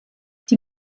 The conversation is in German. die